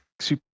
super